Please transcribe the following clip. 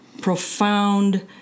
profound